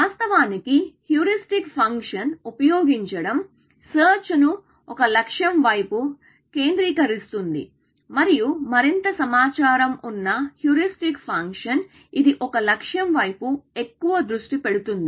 వాస్తవానికి హ్యూరిస్టిక్ ఫంక్షన్ను ఉపయోగించడం సెర్చ్ ను ఒక లక్ష్యం వైపు కేంద్రీకరిస్తుంది మరియు మరింత సమాచారం ఉన్న హ్యూరిస్టిక్ ఫంక్షన్ ఇది ఒక లక్ష్యం వైపు ఎక్కువ దృష్టి పెడుతుంది